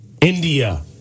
India